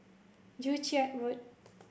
Joo Chiat Road